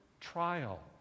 trial